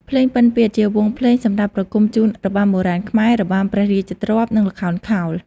ភ្លេងពិណពាទ្យ ជាវង់ភ្លេងសម្រាប់ប្រគំជូនរបាំបុរាណខ្មែរ របាំព្រះរាជទ្រព្យ និងល្ខោនខោល។